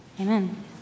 amen